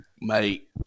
Mate